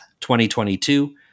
2022